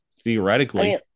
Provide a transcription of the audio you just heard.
theoretically